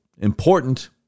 important